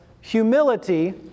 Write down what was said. humility